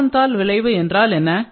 Rosenthal விளைவு என்றால் என்ன